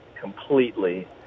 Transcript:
completely